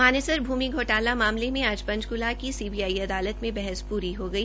मानेसर भूमि घोटला मामले में आज पंचकूला की सीबीआई अदालत में बहस पूरी हो गई